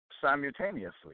simultaneously